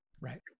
Right